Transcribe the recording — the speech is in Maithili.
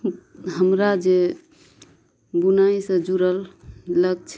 हमरा जे बुनाइ सऽ जुड़ल लक्ष्य